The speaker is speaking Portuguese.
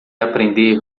aprender